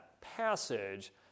passage